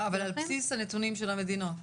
אבל על בסיס הנתונים של המדינות.